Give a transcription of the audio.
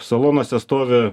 salonuose stovi